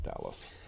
Dallas